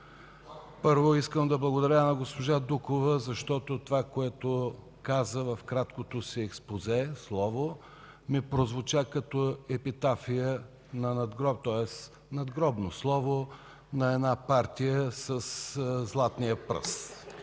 Първо, искам да благодаря на госпожа Дукова, защото това, което каза в краткото си експозе, слово, ми прозвуча като епитафия, тоест надгробно слово на една партия със „златния пръст”.